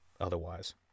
Otherwise